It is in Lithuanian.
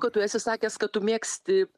kad tu esi sakęs kad tu mėgsti